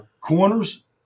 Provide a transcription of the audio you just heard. Corners